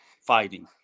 fighting